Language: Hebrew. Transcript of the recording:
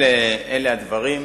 אלה הדברים.